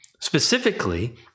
specifically